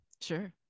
Sure